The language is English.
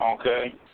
Okay